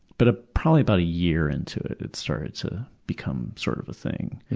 but ah probably about a year into it, it started to become sort of a thing.